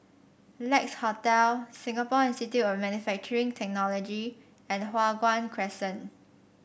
Lex Hotel Singapore Institute of Manufacturing Technology and Hua Guan Crescent